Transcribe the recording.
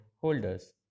holders